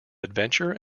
adventure